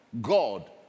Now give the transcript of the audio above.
God